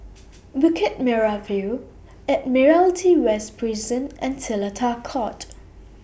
Bukit Merah View Admiralty West Prison and Seletar Court